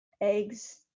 eggs